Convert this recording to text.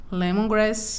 lemongrass